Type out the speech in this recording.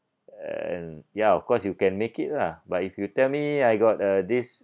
and ya of course you can make it lah but if you tell me I got uh this